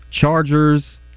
Chargers